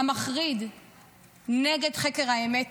המחריד נגד חקר האמת